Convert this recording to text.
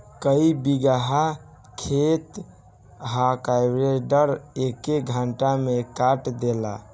कई बिगहा खेत हार्वेस्टर एके घंटा में काट देला